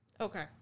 Okay